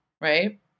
right